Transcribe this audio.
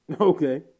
Okay